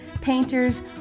painters